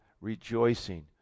Rejoicing